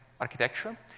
architecture